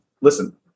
listen